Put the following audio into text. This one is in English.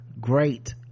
great